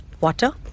water